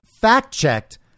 fact-checked